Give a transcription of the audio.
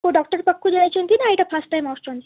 କେଉଁ ଡକ୍ଟର୍ ପାଖକୁ ଯାଇଛନ୍ତି ନା ଏଇଟା ଫାର୍ଷ୍ଟ ଟାଇମ୍ ଆସୁଛନ୍ତି